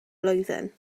blwyddyn